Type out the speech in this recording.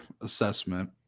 assessment